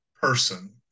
person